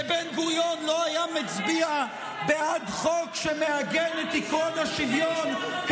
שבן-גוריון לא היה מצביע בעד חוק שמעגן את עקרון השוויון.